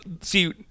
See